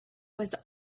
was